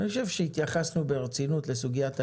ואני חושב שהתייחסנו ברצינות לסוגיית הנגישות,